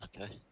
Okay